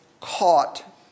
caught